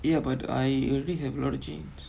ya but I already have a lot of jeans